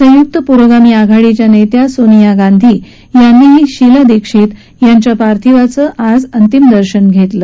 संयुक्त पुरोगामी आघाडीच्या नेत्या सोनिया गांधी यांनीही शीला दीक्षित यांच्या पार्थिवाचं अंतिम दर्शन घेतलं